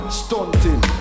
stunting